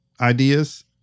ideas